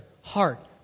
heart